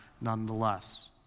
nonetheless